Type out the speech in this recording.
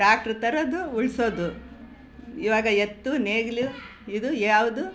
tractor ತರೋದು ಉಳಿಸೋದು ಇವಾಗ ಎತ್ತು ನೇಗಿಲು ಇದು ಯಾವುದು